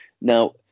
now